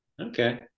Okay